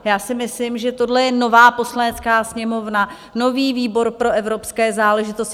Já si myslím, že tohle je nová Poslanecká sněmovna, nový výbor pro evropské záležitosti.